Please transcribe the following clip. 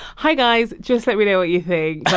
hi, guys just let me know what you think. but